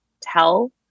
tell